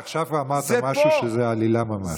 עכשיו כבר אמרת משהו שהוא עלילה ממש.